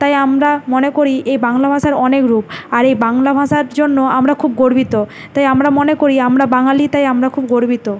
তাই আমরা মনে করি এই বাংলা ভাষার অনেক রূপ আর এই বাংলা ভাষার জন্য আমরা খুব গর্বিত তাই আমরা মনে করি আমরা বাঙালি তাই আমরা খুব গর্বিত